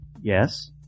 Yes